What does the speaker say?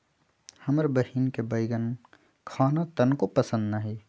हमर बहिन के बईगन खाना तनको पसंद न हई